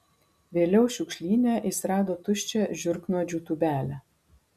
vėliau šiukšlyne jis rado tuščią žiurknuodžių tūbelę